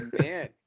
man